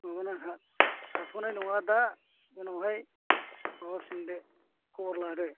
माबानो हाथ'नाय नङा दा उनावहाय लाहरफिनदो खबर लादो